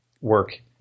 work